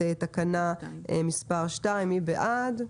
את תקנה מספר 2. מי בעד?